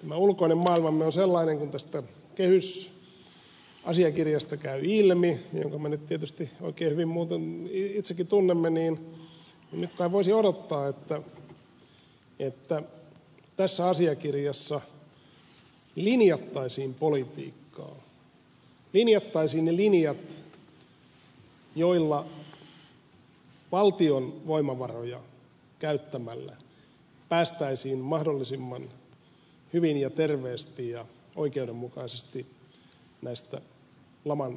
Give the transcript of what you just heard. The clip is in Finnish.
tämä ulkoinen maailmamme on sellainen kuin tästä kehysasiakirjasta käy ilmi minkä me tietysti oikein hyvin muuten itsekin tunnemme niin nyt kai voisi odottaa että tässä asiakirjassa linjattaisiin politiikkaa linjattaisiin ne linjat joilla valtion voimavaroja käyttämällä päästäisiin mahdollisimman hyvin ja terveesti ja oikeudenmukaisesti näistä laman uhkakuvista